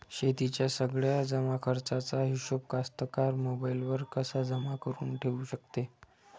शेतीच्या सगळ्या जमाखर्चाचा हिशोब कास्तकार मोबाईलवर कसा जमा करुन ठेऊ शकते?